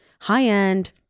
high-end